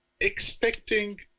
expecting